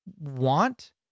want